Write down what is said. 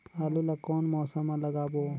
आलू ला कोन मौसम मा लगाबो?